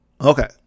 Okay